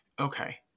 Okay